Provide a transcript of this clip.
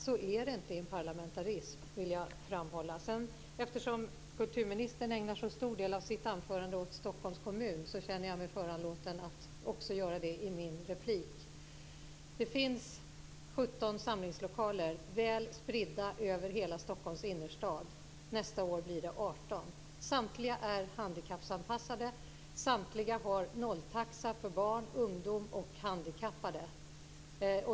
Så är det inte i parlamentarism. Det vill jag framhålla. Eftersom kulturministern ägnade så stor del av sitt anförande åt Stockholms kommun känner jag mig föranlåten att också göra det i min replik. Det finns 17 samlingslokaler väl spridda över hela Stockholms innerstad. Nästa år blir det 18. Samtliga är handikappanpassade, och samtliga har nolltaxa för barn, ungdomar och handikappade.